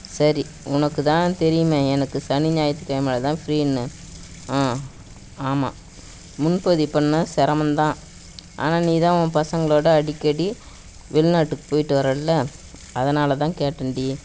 சரி உனக்கு தான் தெரியுமே எனக்கு சனி ஞாயிற்று கிழமையில தான் ஃப்ரீனு ஆ ஆமாம் முன்பதிவு பண்ணால் சிரமந்தான் ஆனால் நீதான் உன் பசங்களோடு அடிக்கடி வெளிநாட்டுக்கு போய்விட்டு வரயில்ல அதனால் தான் கேட்டேன்டி